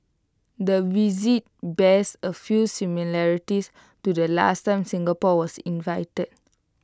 the visit bears A few similarities to the last time Singapore was invited